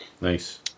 Nice